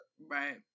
Right